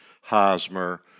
Hosmer